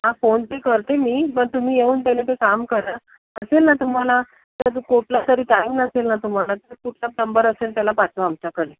हा फोनपे करते मी पण तुम्ही येऊन पहिले ते काम करा असेल ना तुम्हाला कुठला तरी टाइम नसेल ना तुम्हाला कुठला प्लम्बर असेल त्याला पाठवा आमच्याकडे